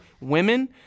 women